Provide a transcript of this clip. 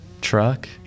truck